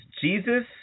Jesus